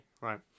right